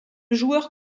joueur